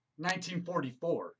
1944